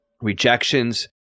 rejections